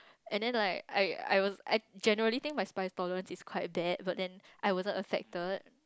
and then like I I I generally think my spice tolerance is quite bad but then I wasn't affected